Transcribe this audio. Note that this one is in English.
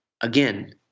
again